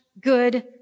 good